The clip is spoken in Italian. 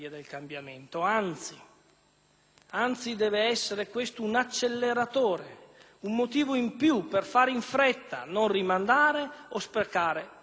anzi, deve essere un acceleratore, un motivo in più per fare in fretta, per non rimandare o sprecare tempo ulteriore.